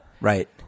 Right